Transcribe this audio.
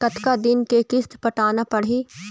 कतका दिन के किस्त पटाना पड़ही?